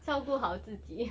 照顾好自己